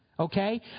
Okay